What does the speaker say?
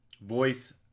voice